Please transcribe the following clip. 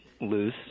loose